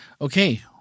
Okay